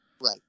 Right